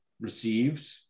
received